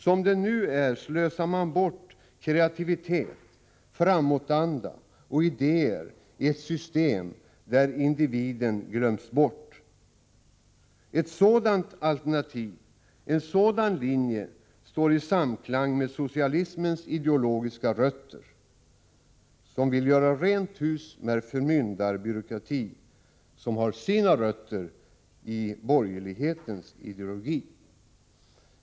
Som det nu är slösar man bort kreativitet, framåtanda och idéer i ett system där individen glöms bort. Ett sådant alternativ och en sådan linje som vi föreslår står i samklang med socialismens ideologiska rötter och vill göra rent hus med förmyndarbyråkrati, som har sina rötter i borgerlighetens ideologi.